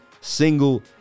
single